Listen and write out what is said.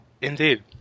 Indeed